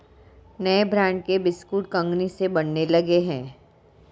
नए ब्रांड के बिस्कुट कंगनी से बनने लगे हैं